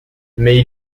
mais